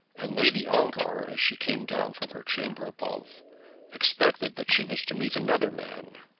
and lady ongar, as she came down from her chamber above expected that she was to meet another man.